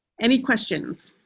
any questions.